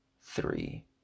three